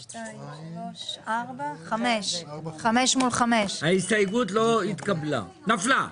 הצבעה ההסתייגות לא נתקבלה ההסתייגות לא התקבלה.